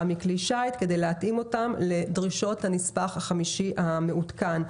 מכלי שיט כדי להתאים אותן לדרישות הנספח החמישי המעודכן.